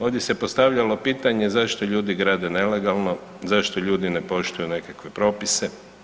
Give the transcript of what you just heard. Ovdje se postavljalo pitanje zašto ljudi grade nelegalno, zašto ljudi ne poštuju nekakve propise?